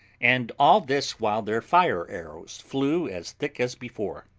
and all this while their fire-arrows flew as thick as before.